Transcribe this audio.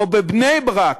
או בבני-ברק,